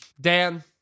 Dan